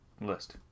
list